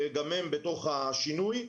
גם הן בתוך השינוי,